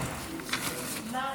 נתקבל.